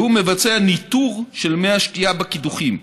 והוא מבצע ניטור של מי השתייה בקידוחים.